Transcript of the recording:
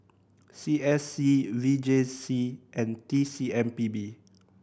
C S C V J C and T C M P B